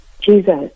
Jesus